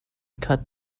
khat